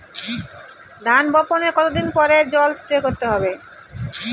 ধান বপনের কতদিন পরে জল স্প্রে করতে হবে?